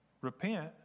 Repent